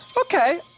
Okay